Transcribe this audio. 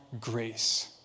grace